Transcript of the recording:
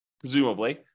presumably